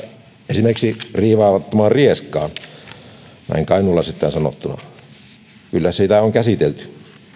esimerkiksi riivaamattomaan rieskaan näin kainuulaisittain sanottuna kyllä sitä on käsitelty